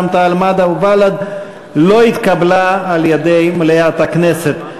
רע"ם-תע"ל-מד"ע ובל"ד לא התקבלה על-ידי מליאת הכנסת.